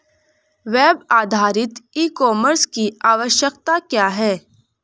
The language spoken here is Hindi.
वेब आधारित ई कॉमर्स की आवश्यकता क्या है?